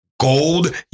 gold